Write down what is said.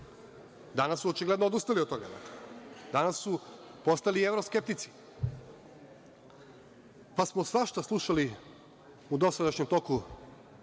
Danas su očigledno odustali od toga, danas su postali evroskeptici, pa smo svašta slušali u dosadašnjem toku